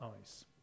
eyes